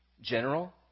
General